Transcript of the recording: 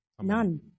none